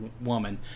woman